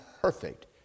perfect